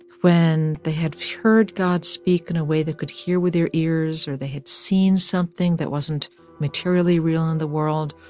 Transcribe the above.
when they had heard god speak in a way they could hear with their ears, or they had seen something that wasn't materially real in the world,